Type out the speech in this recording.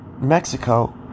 Mexico